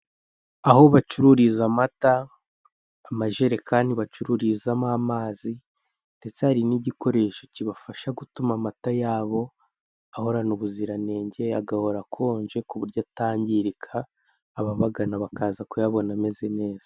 Aho bacururiza amata, amajerekani bacururizamo amazi, ndetse hari n'igikoresho kibafasha gutuma amata ya bo ahorana ubuziranenge, agahora akonje kuburyo atangirika, ababagana bakaza kuyabona ameze neza.